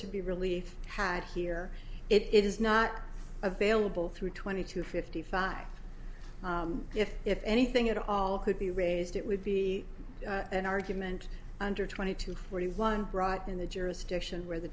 to be really had here it is not available through twenty two fifty five if if anything at all could be raised it would be an argument under twenty two forty one brought in the jurisdiction where the